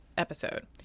Episode